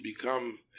become